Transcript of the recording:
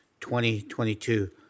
2022